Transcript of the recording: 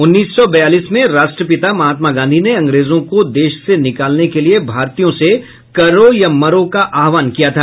उन्नीस सौ बयालीस में राष्ट्रपिता महात्मा गांधी ने अंग्रेजों को देश से निकालने के लिए भारतीयों से करो या मरो का आह्वान किया था